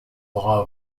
law